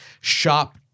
shop